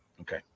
okay